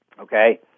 okay